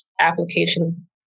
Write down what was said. application